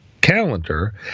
calendar